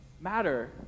matter